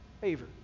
Favor